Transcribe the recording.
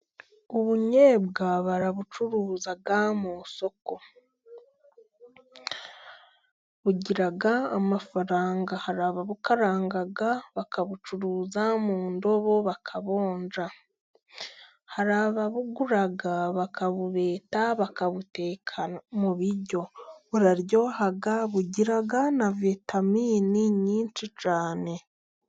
Ubunyobwa baraburuza mu isoko bugira amafaranga. Ababucuruza bakabucuruza mu indobo bakabonja. Hari ababuguraga bakabubeta bakabuteka mu biryo buraryoha bugira na vitaminini nyinshi cyane.